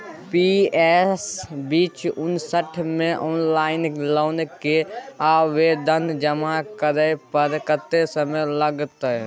PS B उनसठ म online loan के आवेदन जमा करै पर कत्ते समय लगतै?